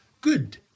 good